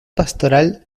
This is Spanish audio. pastoral